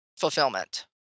fulfillment